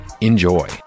enjoy